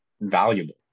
valuable